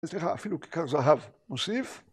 סליחה, אפילו כיכר זהב מוסיף.